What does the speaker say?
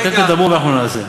העבודה: אתם תדברו ואנחנו נעשה.